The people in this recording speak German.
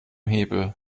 hebel